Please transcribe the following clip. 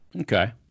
Okay